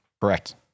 Correct